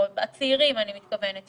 הצעירים אני מתכוונת,